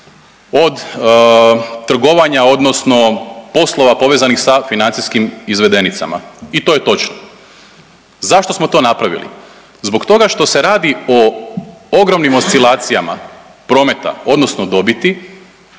od trgovanja odnosno poslova povezanih sa financijskim izvedenicama i to je točno. Zašto smo to napravili? Zbog toga što se radi o ogromnim oscilacijama prometa odnosno dobiti